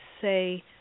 say